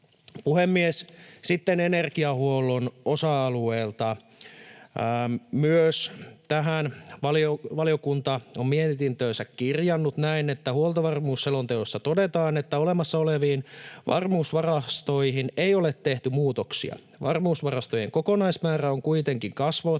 Sitten energiahuollon osa-alueelta. Myös tähän valiokunta on mietintöönsä kirjannut näin: ”Huoltovarmuusselonteossa todetaan, että olemassa oleviin varmuusvarastoihin ei ole tehty muutoksia. Varmuusvarastojen kokonaismäärää on kuitenkin kasvatettu